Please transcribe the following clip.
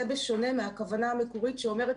זה בשונה מהכוונה המקורית שאומרת,